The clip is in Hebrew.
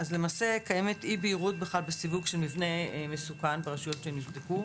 למעשה קיימת אי בהירות בסיווג של מבנה מסוכן ברשויות שנבדקו.